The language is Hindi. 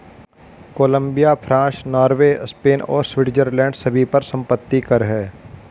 कोलंबिया, फ्रांस, नॉर्वे, स्पेन और स्विट्जरलैंड सभी पर संपत्ति कर हैं